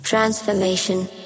Transformation